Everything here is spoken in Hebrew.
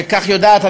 וכך יודעת,